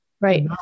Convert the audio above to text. Right